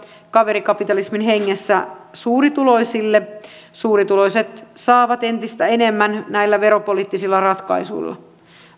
kaverikapitalismin hengessä suurituloisille suurituloiset saavat entistä enemmän näillä veropoliittisilla ratkaisuilla